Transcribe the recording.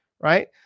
right